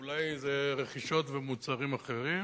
או אולי זה רכישות ומוצרים אחרים?